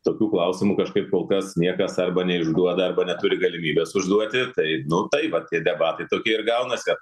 tokių klausimų kažkaip kol kas niekas arba neišduoda arba neturi galimybės užduoti tai nu tai vat tie debatai tokie ir gaunas kad